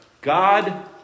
God